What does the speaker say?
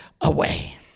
away